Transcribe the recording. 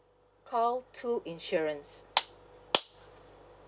call two insurance